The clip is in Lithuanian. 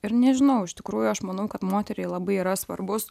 ir nežinau iš tikrųjų aš manau kad moteriai labai yra svarbus